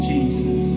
Jesus